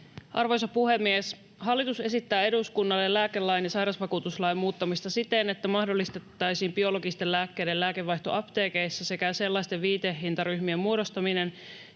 Arvoisa puhemies! Hallitus esittää eduskunnalle lääkelain ja sairausvakuutuslain muuttamista siten, että mahdollistettaisiin biologisten lääkkeiden lääkevaihto apteekeissa sekä sellaisten viitehintaryhmien muodostaminen,